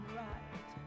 right